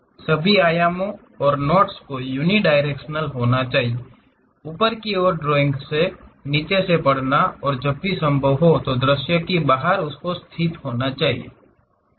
सभी आयामों और नोट्स को यूनिडायरेक्शनल होना चाहिए ऊपर की ओर ड्राइंग के नीचे से पढ़ना और जब भी संभव हो दृश्य के बाहर स्थित होना चाहिए